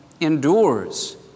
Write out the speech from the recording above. endures